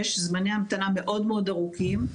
יש זמני ההמתנה מאוד מאוד ארוכים,